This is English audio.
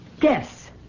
Yes